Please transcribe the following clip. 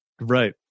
Right